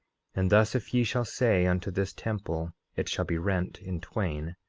and thus, if ye shall say unto this temple it shall be rent in twain,